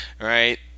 right